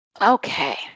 okay